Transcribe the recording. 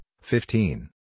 fifteen